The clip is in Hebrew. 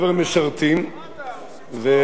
וכולם הולכים לצבא.